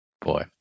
Boy